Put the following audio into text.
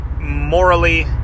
morally